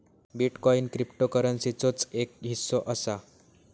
bitcoin क्रिप्टोकरंसीचोच एक हिस्सो असा